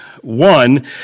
One